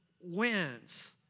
wins